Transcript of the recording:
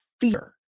fear